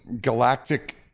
galactic